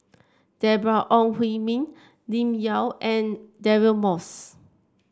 Deborah Ong Hui Min Lim Yau and Deirdre Moss